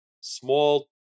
small